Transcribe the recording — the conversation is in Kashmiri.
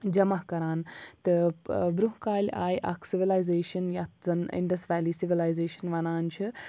جمع کَران تہٕ برٛونٛہہ کالہِ آیہِ اَکھ سِولایزیشَن یَتھ زَن اِنڈَس ویلی سِولایزیشَن وَنان چھِ